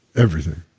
everything,